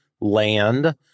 land